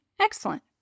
excellent